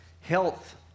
Health